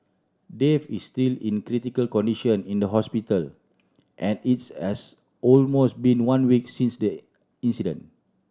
Dave is still in critical condition in the hospital and its has almost been one week since the incident